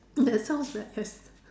that sounds